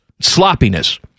sloppiness